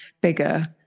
bigger